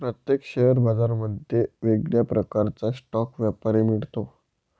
प्रत्येक शेअर बाजारांमध्ये वेगळ्या प्रकारचा स्टॉक व्यापारी मिळतो